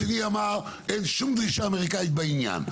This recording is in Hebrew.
שני אמר שאין שום דרישה אמריקאית בעניין.